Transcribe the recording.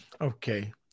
Okay